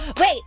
Wait